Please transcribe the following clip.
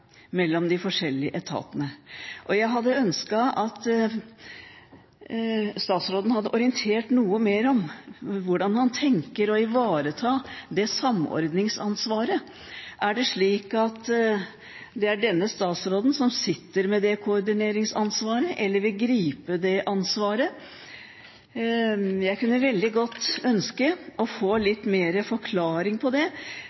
mellom de forskjellige etatene. Jeg hadde ønsket at statsråden hadde orientert noe mer om hvordan han tenker å ivareta det samordningsansvaret. Er det slik at det er denne statsråden som sitter med koordineringsansvaret, eller vil gripe det ansvaret? Jeg kunne veldig gjerne ønske å få litt mer forklaring på det